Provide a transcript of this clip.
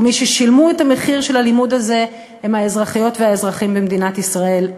ומי ששילמו את המחיר של הלימוד הזה הם האזרחיות והאזרחים במדינת ישראל,